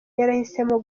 yarahisemo